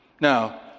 Now